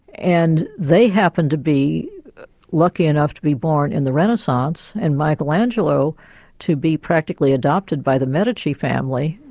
and they happened to be lucky enough to be born in the renaissance, and michelangelo to be practically adopted by the medici family,